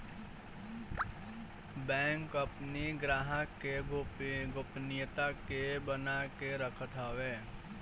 bank अपनी ग्राहक के गोपनीयता के बना के रखत हवे